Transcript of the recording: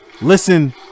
listen